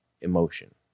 emotion